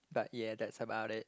but yeah that's about it